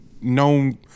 known